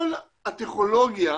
כל הטכנולוגיה